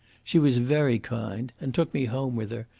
she was very kind, and took me home with her,